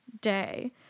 day